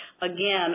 Again